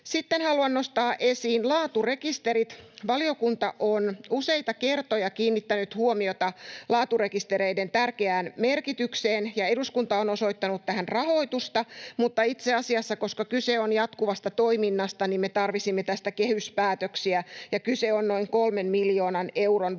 Sitten haluan nostaa esiin laaturekisterit. Valiokunta on useita kertoja kiinnittänyt huomiota laaturekistereiden tärkeään merkitykseen, ja eduskunta on osoittanut tähän rahoitusta, mutta itse asiassa, koska kyse on jatkuvasta toiminnasta, me tarvitsisimme tästä kehyspäätöksiä, ja kyse on noin 3 miljoonan euron vuosittaisesta